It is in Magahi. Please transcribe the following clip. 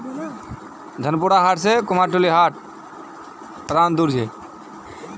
कर राजस्व वैसा आय छिके जेको सरकारेर द्वारा वसूला जा छेक